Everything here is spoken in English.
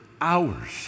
hours